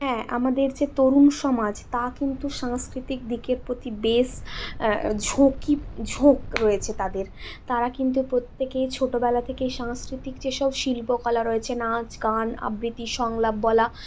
হ্যাঁ আমাদের যে তরুণ সমাজ তা কিন্তু সাংস্কৃতিক দিকের প্রতি বেশ ঝোঁকি ঝোঁক রয়েছে তাদের তারা কিন্তু প্রত্যেকেই ছোটোবেলা থেকে সাংস্কৃতিক যেসব শিল্পকলা রয়েছে নাচ গান আবৃত্তি সংলাপ বলা